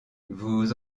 vous